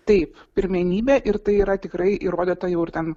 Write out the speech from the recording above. taip pirmenybė ir tai yra tikrai įrodyta jau ir ten